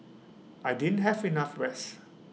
I didn't have enough rest